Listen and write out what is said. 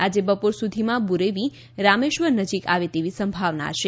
આજે બપોર સુધીમાં બુરેવી રામેશ્વરમ નજીક આવે તેવી સંભાવના છે